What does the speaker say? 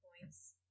points